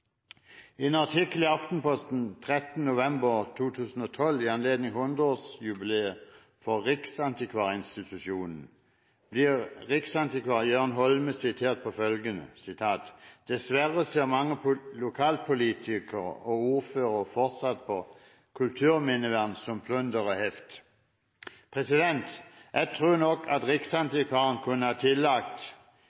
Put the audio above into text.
artikkel i Aftenposten 13. november 2012 i anledning 100-årsjubileet for riksantikvarinstitusjonen, blir riksantikvar Jørn Holme sitert på følgende: «Dessverre ser mange lokalpolitikere og ordførere fortsatt på kulturminnevern som plunder og heft». Jeg tror nok at